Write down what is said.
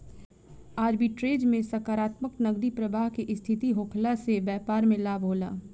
arbitrage में सकारात्मक नगदी प्रबाह के स्थिति होखला से बैपार में लाभ होला